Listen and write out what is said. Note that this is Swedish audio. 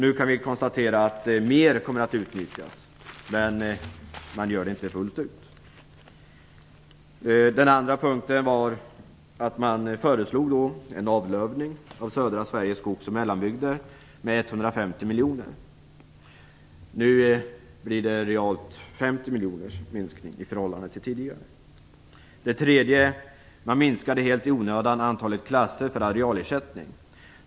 Nu kan vi konstatera att mer kommer att utnyttjas, men det sker inte fullt ut. För det andra: Man föreslog också en avlövning av södra Sveriges skogs och mellanbygder. Det rörde sig om 150 miljoner. Nu blev det realt 50 miljoners minskning i förhållande till tidigare. För det tredje: Man minskade helt i onödan antalet klasser för arealersättning.